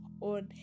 on